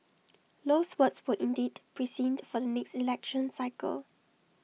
Low's words were indeed prescient for the next election cycle